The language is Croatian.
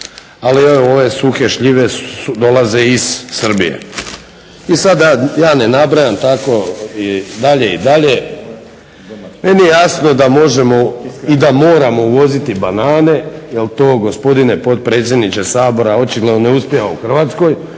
evo ove suhe šljive dolaze iz Srbije. I sad da ja ne nabrajam i tako dalje i dalje, meni je jasno i da moramo uvoziti banane, jer to gospodine potpredsjedniče Sabora očigledno ne uspijeva u Hrvatskoj.